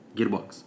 Gearbox